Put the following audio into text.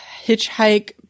hitchhike